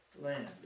land